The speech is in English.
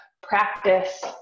practice